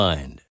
Mind